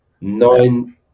Nine –